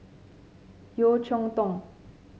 Yeo Cheow Tong